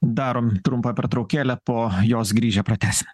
darom trumpą pertraukėlę po jos grįžę pratęsim